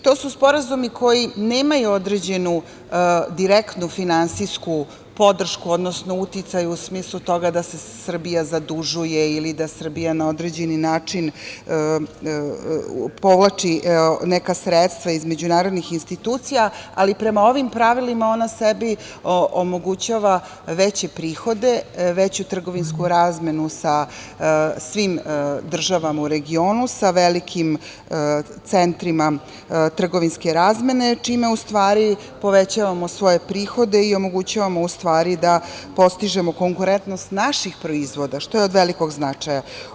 To su sporazumi koji nemaju određenu direktnu finansijsku podršku, odnosno uticaj u smislu toga da se Srbija zadužuje ili da Srbija na određeni način povlači neka sredstva iz međunarodnih institucija, ali prema ovim pravilima ona sebi omogućava veće prihode, veću trgovinsku razmenu sa svim državama u regionu, sa velikim centrima trgovinske razmene čime u stvari povećavamo svoje prihode i omogućavamo u stvari da postižemo konkurentnost naših proizvoda, što je od velikog značaja.